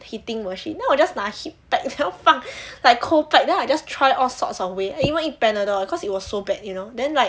heating machine then 我 just 拿 heat pad then 我要放 like cold pad I just try all sorts of ways then I go and eat panadol cause it was so bad you know then like